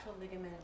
ligament